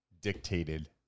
dictated